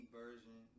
version